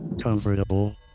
comfortable